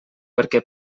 perquè